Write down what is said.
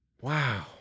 Wow